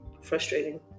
frustrating